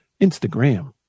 Instagram